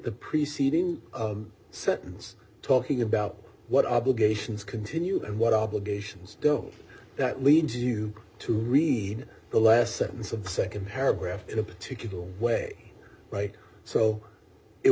the preceding sentence talking about what obligations continue and what obligations don't that leads you to read the last sentence of the nd paragraph in a particular way right so it